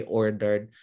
ordered